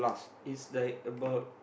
is like about